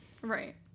Right